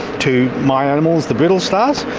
to my animals, the brittle stars,